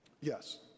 Yes